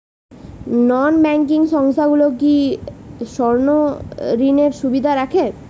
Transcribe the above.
নন banking সংস্থাগুলো কি স্বর্ণঋণের সুবিধা রাখে?